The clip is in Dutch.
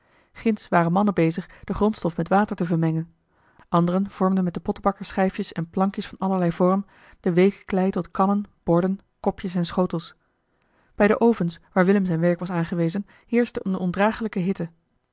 ginds waren mannen bezig de grondstof met water te vermengen anderen vormden met de pottebakkers schijfjes en plankjes van allerlei vorm de weeke klei tot kannen borden kopjes en schotels bij de ovens waar willem zijn werk was aangewezen heerschte eene ondragelijke hitte